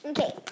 Okay